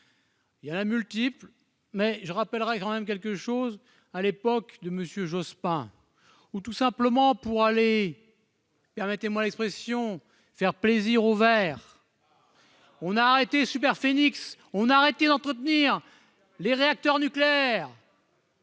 il y a un multiple mais je rappellerai quand même quelque chose à l'époque de Monsieur Jospin ou tout simplement pour aller, permettez-moi l'expression, faire plaisir aux Verts, on a arrêté Superphénix on arrêter d'entretenir les réacteurs nucléaires.